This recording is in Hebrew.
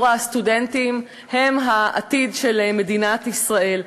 הסטודנטים הם העתיד של מדינת ישראל,